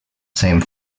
same